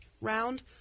round